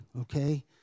Okay